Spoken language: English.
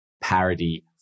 parody